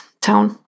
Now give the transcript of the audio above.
town